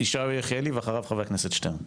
ישעיהו יחיאלי, ואחריו חבר הכנסת שטרן.